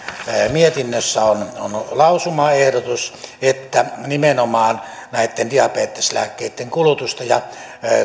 mietinnössä on lausumaehdotus että nimenomaan näitten diabeteslääkkeitten kulutusta ja